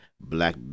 Black